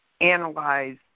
analyze